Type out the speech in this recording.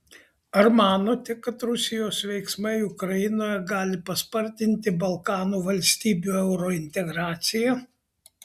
ar manote kad rusijos veiksmai ukrainoje gali paspartinti balkanų valstybių eurointegraciją